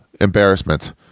Embarrassment